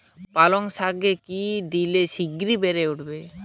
পালং শাকে কি দিলে শিঘ্র বেড়ে উঠবে?